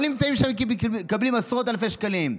הם לא נמצאים שם כי הם מקבלים עשרות אלפי שקלים.